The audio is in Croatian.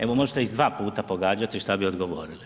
Evo, možete iz dva puta pogađati što bi odgovorili.